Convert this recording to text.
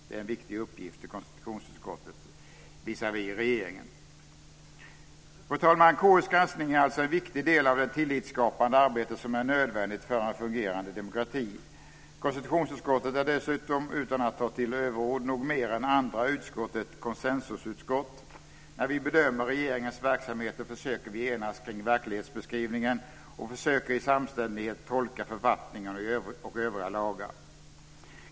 Det är en viktig uppgift för konstitutionsutskottet visavi regeringen. Fru talman! KU:s granskning är alltså en viktig del av det tillitsskapande arbete som är nödvändigt för en fungerande demokrati. Konstitutionsutskottet är dessutom - utan att ta till överord - nog mer än andra utskott ett konsensusutskott. När vi bedömer regeringens verksamhet försöker vi enas kring verklighetsbeskrivningen och försöker i samstämmighet tolka författningen och övriga lagar.